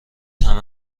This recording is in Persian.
همه